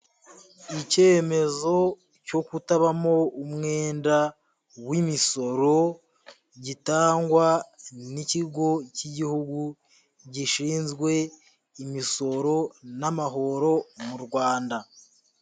Icyemezo cyo kutabamo umwenda w'imisoro gitangwa n'ikigo cy'igihugu gishinzwe imisoro n'amahoro mu Rwanda.